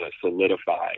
solidify